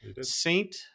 Saint